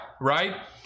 Right